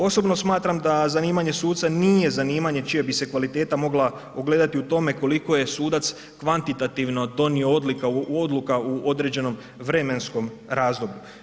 Osobno smatram da zanimanje suca nije zanimanje čija bi se kvaliteta mogla ogledati u tome koliko je sudac kvantitativno donio odluka u određenom vremenskom razdoblju.